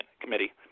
Committee